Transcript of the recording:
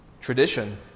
tradition